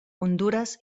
hondures